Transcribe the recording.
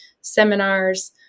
seminars